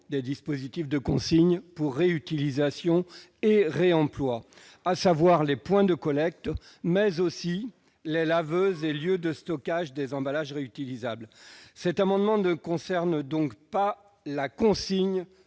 des dispositifs de consigne pour réutilisation et réemploi, à savoir non seulement les points de collecte, mais aussi les laveuses et les lieux de stockage des emballages réutilisables. Cet amendement ne concerne donc pas la consigne